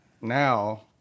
now